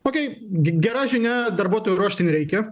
okei gera žinia darbuotojų ruošti nereikia